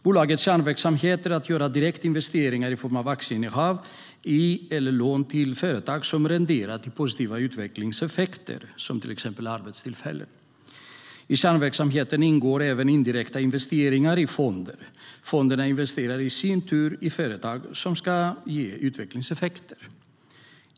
Bolagets kärnverksamhet är att göra direkta investeringar i form av aktieinnehav i eller lån till företag som renderar positiva utvecklingseffekter, som arbetstillfällen. I kärnverksamheten ingår även indirekta investeringar i fonder. Fonderna investerar i sin tur i företag som ska ge utvecklingseffekter.